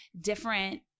different